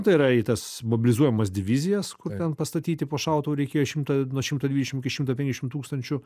tai yra į tas mobilizuojamas divizijas kur ten pastatyti po šautuvu reikėjo šimtą nuo šimto dvidešimt iki šimto penkiasdešimt tūkstančių